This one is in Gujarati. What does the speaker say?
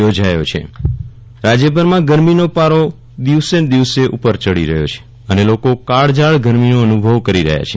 વિરલ રાણા હ્વામાન રાજ્યભરમાં ગરમીનો પારો દિવસે દિવસે ઉપર ચડી રહ્યો છે અને લોકો કાળઝાળ ગરમીનો અનુભવ કરી રહ્યા છે